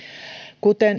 kuten